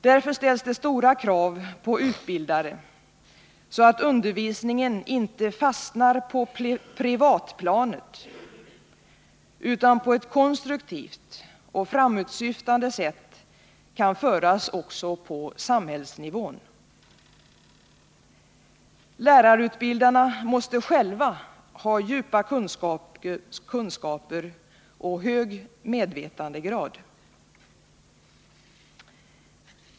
Därför ställs det stora krav på utbildare, så att undervisningen inte fastnar på privatplanet utan på ett konstruktivt och framåtsyftande sätt kan föras också på samhällsnivån. Lärarutbildarna måste själva ha djupa kunskaper och hög medvetandegrad.